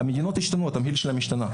תמהיל המדינות השתנה.